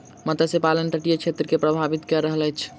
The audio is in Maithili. मत्स्य पालन तटीय क्षेत्र के प्रभावित कय रहल अछि